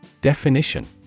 Definition